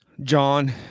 John